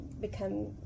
become